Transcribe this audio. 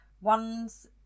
one's